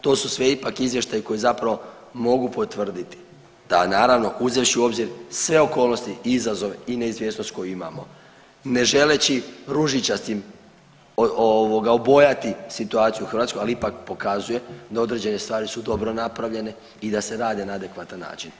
To su sve ipak izvještaji koji zapravo mogu potvrditi, da naravno uzevši u obzir sve okolnosti i izazove i neizvjesnost koju imamo, ne želeći ružičastim obojati situaciju u Hrvatskoj, ali ipak pokazuje da određene stvari su dobro napravljene i da se rade na adekvatan način.